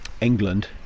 england